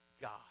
God